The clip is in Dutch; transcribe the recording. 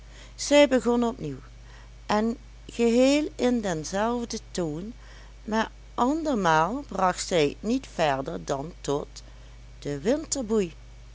zij begon op nieuw en geheel in denzelfden toon maar andermaal bracht zij t niet verder dan tot de